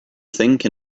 think